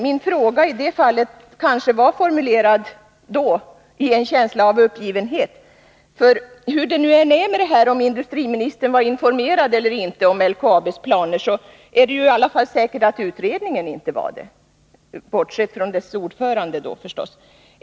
Min fråga i det fallet var kanske formulerad i en känsla av uppgivenhet. Hur det nu än är med detta, om industriministern var 11 informerad eller inte om LKAB:s planer, så är det i alla fall säkert att utredningen inte var informerad — bortsett från dess ordförande förstås.